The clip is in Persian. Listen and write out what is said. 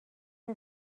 این